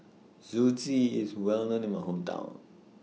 Zosui IS Well known in My Hometown